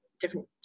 different